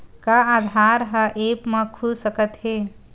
का आधार ह ऐप म खुल सकत हे?